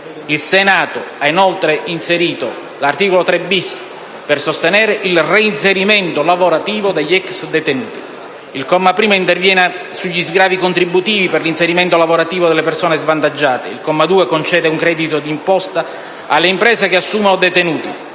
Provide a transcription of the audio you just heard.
Il Senato ha inserito, inoltre, l'articolo 3-*bis*, per sostenere il reinserimento lavorativo degli ex detenuti. In particolare, il comma 1 interviene sugli sgravi contributivi per l'inserimento lavorativo delle persone svantaggiate, mentre il comma 2 concede un credito di imposta alle imprese che assumono detenuti,